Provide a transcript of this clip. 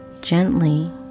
Gently